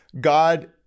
God